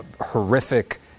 horrific